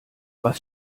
was